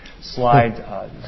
slide